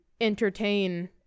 entertain